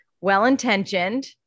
well-intentioned